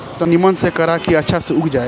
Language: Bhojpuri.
तनी निमन से करा की अच्छा से उग जाए